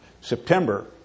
September